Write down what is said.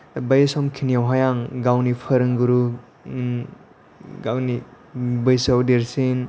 बै समखिनियावहाय आं गावनि फोरोंगुरु गावनि बैसोआव देरसिन